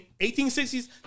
1860s